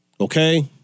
Okay